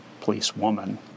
policewoman